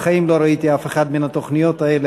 בחיים לא ראיתי אף אחת מהתוכניות האלה.